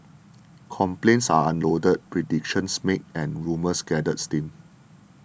complaints are unloaded predictions made and rumours gather steam